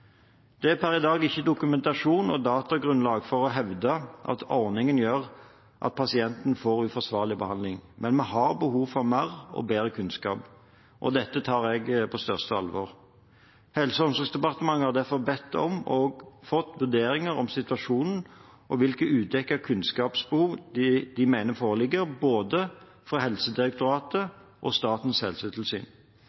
Det er per i dag ikke dokumentasjon og datagrunnlag for å hevde at ordningen gjør at pasienten får uforsvarlig behandling, men vi har behov for mer og bedre kunnskap, og dette tar jeg på største alvor. Helse- og omsorgsdepartementet har derfor bedt om, og fått, vurderinger av situasjonen og hvilke udekkede kunnskapsbehov de mener foreligger, både fra Helsedirektoratet og fra Statens helsetilsyn.